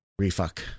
refuck